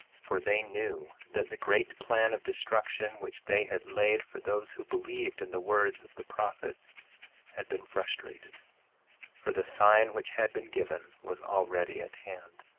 for they knew that the great plan of destruction which they had laid for those who believed in the words of the prophets had been frustrated for the sign which had been given was already at hand.